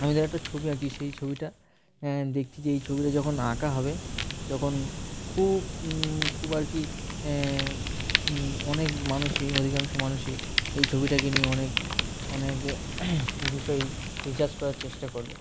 আমি ধর একটা ছবি আঁকি সেই ছবিটা দেখছি যে এই ছবিটা যখন আঁকা হবে তখন খুব খুব আর কি অনেক মানুষই অধিকাংশ মানুষই এই ছবিটাকে নিয়ে অনেক অনেকে বিষয় রিসার্চ করার চেষ্টা করবে